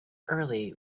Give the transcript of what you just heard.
early